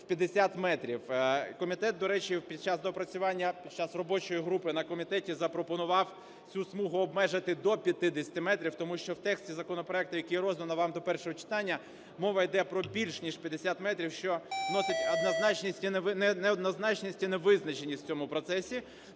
в 50 метрів. Комітет, до речі, під час доопрацювання, під час робочої групи на комітеті запропонував цю смугу обмежити до 50 метрів, тому що в тексті законопроекту, який роздано вам до першого читання мова йде про більш ніж 50 метрів, що носить однозначність… неоднозначність і невизначеність в цьому процесі.